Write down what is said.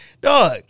dog